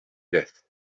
death